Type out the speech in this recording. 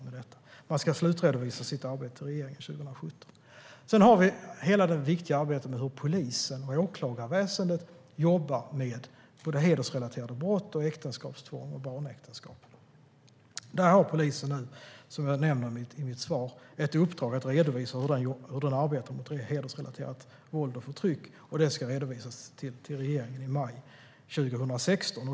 Man ska slutredovisa sitt arbete till regeringen 2017. Sedan har vi det viktiga arbete som polisen och åklagarväsendet utför när det gäller hedersrelaterade brott, äktenskapstvång och barnäktenskap. Där har polisen ett uppdrag att redovisa hur man arbetar med hedersrelaterat våld och förtryck. Det ska redovisas till regeringen i maj 2016.